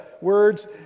words